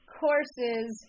courses